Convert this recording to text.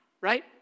right